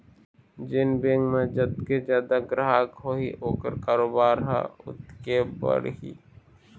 जेन बेंक म जतके जादा गराहक होही ओखर कारोबार ह ओतके बढ़ही